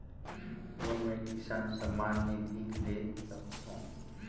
कौन मै किसान सम्मान निधि ले सकथौं?